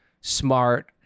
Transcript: smart